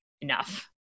enough